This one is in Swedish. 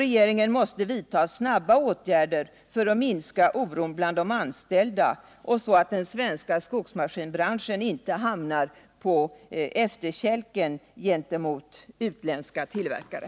Regeringen måste vidta snabba åtgärder för att minska oron bland de anställda och för att den svenska skogsmaskinsbranschen inte skall komma på efterkälken gentemot utländska tillverkare.